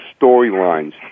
storylines